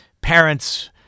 parents